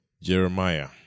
Jeremiah